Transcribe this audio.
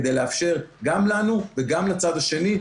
כדי לאפשר גם לנו וגם לצד השני,